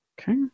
okay